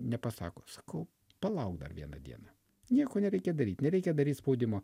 nepasako sakau palauk dar vieną dieną nieko nereikia daryt nereikia daryt spaudimo